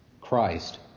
Christ